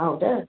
ಹೌದಾ